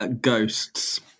Ghosts